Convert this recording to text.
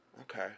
Okay